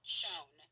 shown